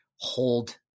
hold